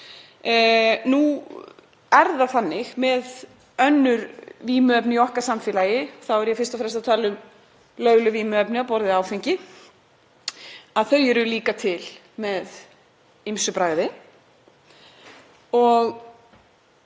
Nú er það þannig með önnur vímuefni í okkar samfélagi, og þá er ég fyrst og fremst að tala um lögleg vímuefni á borð við áfengi, að þau eru líka til með ýmsu bragði.